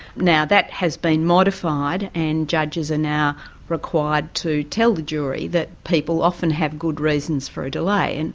now, that has been modified, and judges are now required to tell the jury that people often have good reasons for a delay, and